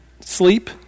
sleep